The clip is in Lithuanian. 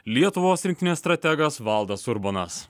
lietuvos rinktinės strategas valdas urbonas